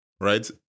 right